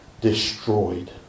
destroyed